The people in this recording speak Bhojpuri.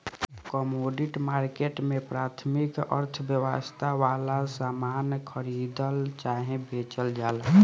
कमोडिटी मार्केट में प्राथमिक अर्थव्यवस्था वाला सामान खरीदल चाहे बेचल जाला